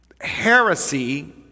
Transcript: heresy